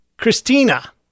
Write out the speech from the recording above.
Christina